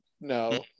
No